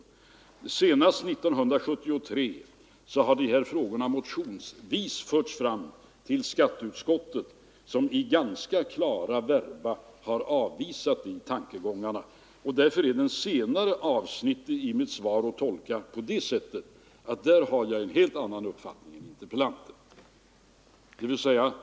myndigheter Senast 1973 har dessa frågor motionsvis förts fram till skatteutskottet, som i ganska klara verba har avvisat tankegångarna. Därför är det senare avsnittet i mitt svar att tolka på det sättet att jag i den frågan har en helt annan uppfattning än interpellanten.